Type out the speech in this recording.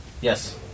Yes